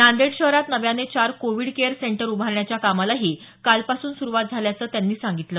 नांदेड शहरात नव्याने चार कोविड केयर सेंटर उभारण्याच्या कामालाही कालपासून सुरुवात झाल्याचंही त्यांनी सांगितलं